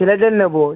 ছেলেদের নেবো